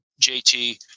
JT